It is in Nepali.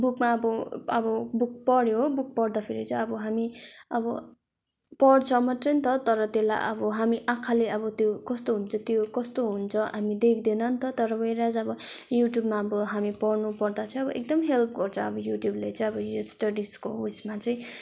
बुकमा अब अब बुक पढ्यो हो बुक पढ्दा फेरि चाहिँ अब हामी अब पढ्छ मात्रै नि त तर त्यसलाई अब हामी आँखाले अब त्यो कस्तो हुन्छ त्यो कस्तो हुन्छ हामी देख्दैन नि त तर गएर जब युट्युबमा अब हामी पढ्नुपर्दा चाहिँ अब एकदम हेल्प गर्छ युट्युबले चाहिँ यो स्टडिजको उसमा चाहिँ